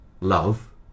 love